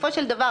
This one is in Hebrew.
בסופו של דבר,